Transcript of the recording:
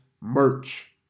merch